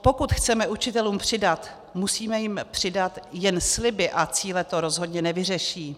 Pokud chceme učitelům přidat, musíme jim přidat, jen sliby a cíle to rozhodně nevyřeší.